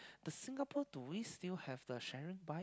the Singapore do we still have the sharing bike